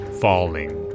falling